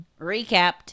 Recapped